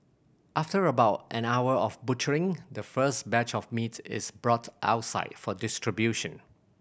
after about an hour of butchering the first batch of meat is brought outside for distribution